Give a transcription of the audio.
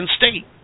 State